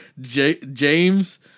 James